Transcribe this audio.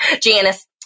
Janice